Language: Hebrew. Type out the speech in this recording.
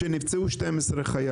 שבה נפצעו 12 חיילים.